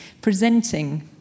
presenting